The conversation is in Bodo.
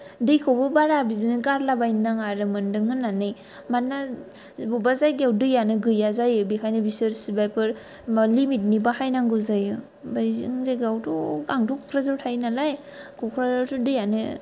दैखौबो बारा बिदिनो गारलाबायनो नाङा आरो मोनदों होन्नानै मानोना बबेबा जायगायाव दैआनो गैया जायो बेखायनो बिसोर सोरबाफोर लिमितनि बाहायनांगौ जायो ओमफ्राय जोंनि जायगायावथ' आंथ' क'क्राझाराव थायो नालाय क'क्राझारावथ' दैआनो